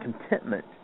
contentment